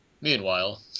Meanwhile